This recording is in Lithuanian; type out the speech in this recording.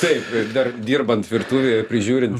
taip dar dirbant virtuvėje prižiūrintį